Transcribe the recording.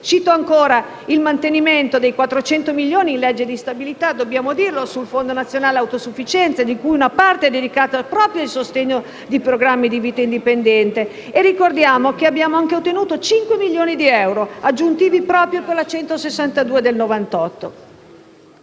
citare ancora il mantenimento dei 400 milioni di euro nella legge di stabilità per il Fondo nazionale la non autosufficienza, di cui una parte è dedicata proprio al sostegno dei programmi di vita indipendente. Ricordiamo che abbiamo anche ottenuto 5 milioni di euro aggiuntivi, proprio con la legge n. 162 del 1998.